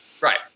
Right